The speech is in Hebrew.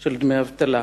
של דמי אבטלה.